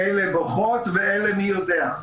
אלה בוכות, ואלה, מי יודע?